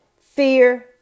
fear